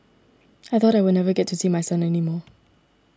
I thought I would never get to see my son any more